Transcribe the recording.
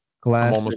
glass